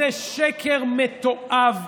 זה שקר מתועב.